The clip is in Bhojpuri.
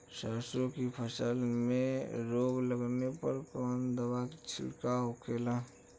सरसों की फसल में रोग लगने पर कौन दवा के छिड़काव होखेला?